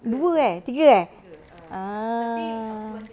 dua eh tiga eh ah